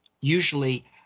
usually